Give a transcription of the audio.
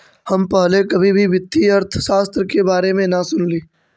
हम पहले कभी भी वित्तीय अर्थशास्त्र के बारे में न सुनली